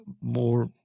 more